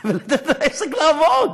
אבל לתת לעסק לעבוד.